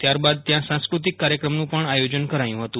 ત્યારબાદ ત્યાં સાંસ્ક્રૃતિક કાર્યક્રમનું પણ આયોજન કરાયું હતું